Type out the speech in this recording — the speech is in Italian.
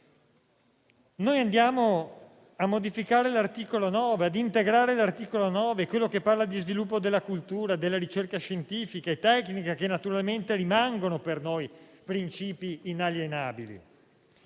anche nell'Unione europea. Noi integriamo l'articolo 9, quello che parla di sviluppo della cultura, della ricerca scientifica e tecnica, che naturalmente rimangono per noi principi inalienabili.